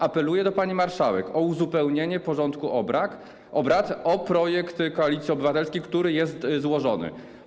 Apeluję do pani marszałek o uzupełnienie porządku obrad o projekt Koalicji Obywatelskiej, który jest złożony.